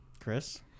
Chris